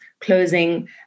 closing